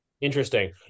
Interesting